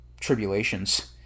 tribulations